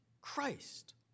Christ